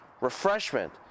Refreshment